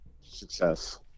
success